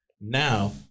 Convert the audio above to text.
now